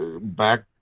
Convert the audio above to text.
back